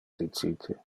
dicite